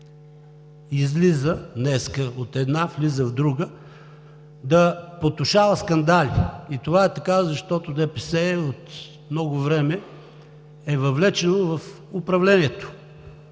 излиза днеска от една и влиза в друга, да потушава скандали. Това е така, защото ДПС от много време е въвлечено в управлението.